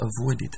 avoided